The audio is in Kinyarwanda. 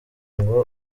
ngo